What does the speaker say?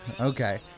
Okay